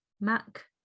Mac